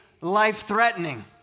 life-threatening